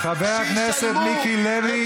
חבר הכנסת מיקי לוי,